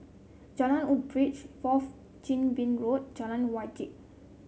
Jalan Woodbridge Fourth Chin Bee Road Jalan Wajek